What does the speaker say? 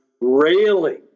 railing